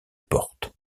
porte